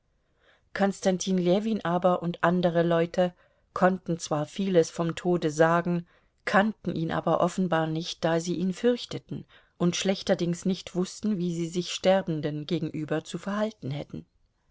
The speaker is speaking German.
konstantin ljewin aber und andere leute konnten zwar vieles vom tode sagen kannten ihn aber offenbar nicht da sie ihn fürchteten und schlechterdings nicht wußten wie sie sich sterbenden gegenüber zu verhalten hätten